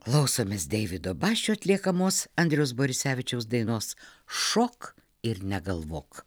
klausomės deivido basčio atliekamos andriaus borisevičiaus dainos šok ir negalvok